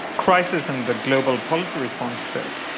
crisis and the global policy response to it,